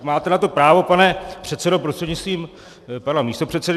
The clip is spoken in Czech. Máte na to právo, pane předsedo prostřednictvím pana místopředsedy.